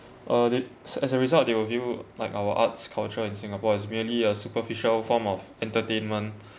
uh they as a result they will view like our arts culture in singapore as merely a superficial form of entertainment